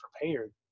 prepared